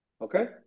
Okay